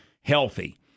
healthy